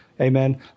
amen